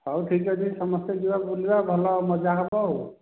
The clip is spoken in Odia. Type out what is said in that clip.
ହଉ ଠିକ୍ ଅଛି ସମସ୍ତେ ଯିବା ବୁଲିବା ଭଲ ମଜା ହେବ ଆଉ